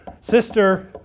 Sister